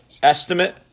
Estimate